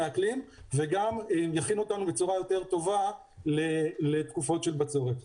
האקלים וגם יכין אותנו בצורה יותר טובה לתקופות של בצורת.